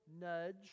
nudge